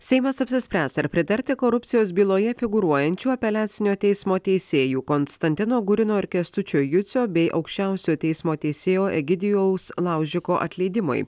seimas apsispręs ar pritarti korupcijos byloje figūruojančių apeliacinio teismo teisėjų konstantino gurino ir kęstučio jucio bei aukščiausiojo teismo teisėjo egidijaus laužiko atleidimui